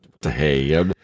hey